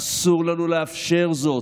אסור לנו לאפשר זאת.